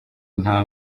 nta